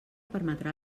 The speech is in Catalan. permetrà